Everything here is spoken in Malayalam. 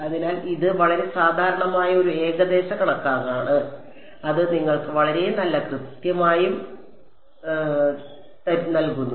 അതിനാൽ ഇത് വളരെ സാധാരണമായ ഒരു ഏകദേശ കണക്കാണ് അത് നിങ്ങൾക്ക് വളരെ നല്ല കൃത്യതയും നൽകുന്നു